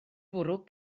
bwrw